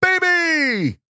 Baby